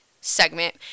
segment